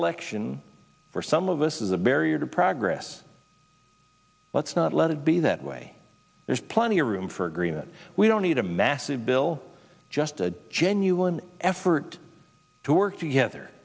election for some of us is a barrier to progress let's not let it be that way there's plenty of room for agreement we don't need a massive bill just a genuine effort to work together